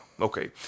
Okay